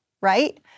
right